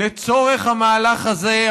לצורך המהלך הזה,